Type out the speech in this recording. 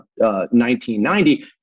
1990